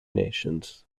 nations